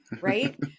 Right